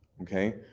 Okay